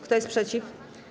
Kto jest przeciw?